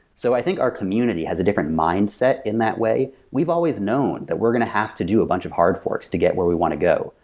so i think our community has a different mindset in that way. we've always known that we're going to have to do a bunch of hard forks to get where we want to go.